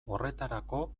horretarako